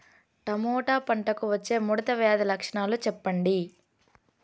Tomato పంటకు వచ్చే ముడత వ్యాధి లక్షణాలు చెప్పండి?